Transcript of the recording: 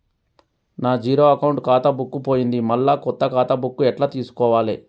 నా zero account ఖాతా book పోయింది మళ్ళా కొత్త ఖాతా బుక్కు ఎట్ల తీసుకోవాలే?